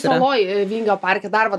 senoji vingio parke dar va